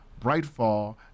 Brightfall